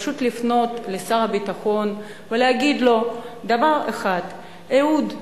פשוט לפנות לשר הביטחון ולהגיד לו דבר אחד: אהוד,